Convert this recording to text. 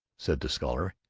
said the scholar,